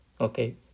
Okay